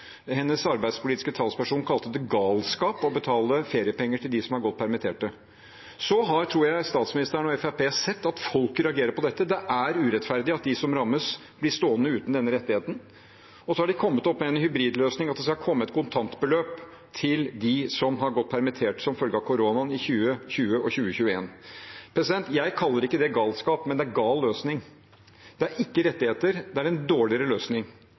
Hennes arbeidspolitiske talsperson kalte det galskap å betale feriepenger til de som har gått permittert. Så har, tror jeg, statsministeren og Fremskrittspartiet sett at folk reagerer på dette. Det er urettferdig at de som rammes, blir stående uten denne rettigheten. Så har de kommet opp med en hybridløsning, at det skal komme et kontantbeløp til dem som har gått permittert som følge av koronaen i 2020 og 2021. Jeg kaller ikke det galskap, men det er gal løsning. Det er ikke rettigheter, det er en dårligere løsning.